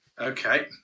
Okay